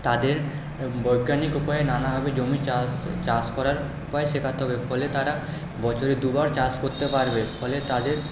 তাদের বৈজ্ঞানিক উপায়ে নানাভাবে জমি চাষ চাষ করার উপায় শেখাতে হবে ফলে তারা বছরে দুবার চাষ করতে পারবে ফলে তাদের